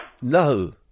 No